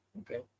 okay